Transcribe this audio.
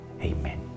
Amen